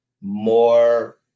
more